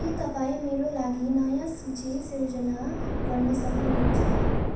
के तपाईँ मेरो लागि नयाँ सूची सिर्जना गर्न सक्नुहुन्छ